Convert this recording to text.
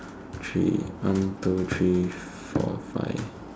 three one two three four five